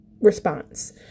response